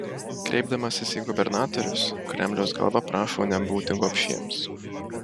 kreipdamasis į gubernatorius kremliaus galva prašo nebūti gobšiems